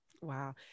Wow